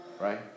right